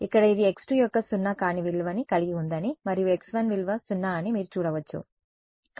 ఇక్కడ ఇది x2 యొక్క సున్నా కాని విలువ ని కలిగి ఉందని మరియు x1 విలువ 0 అని మీరు చూడవచ్చు